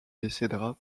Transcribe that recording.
décédera